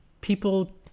people